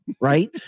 right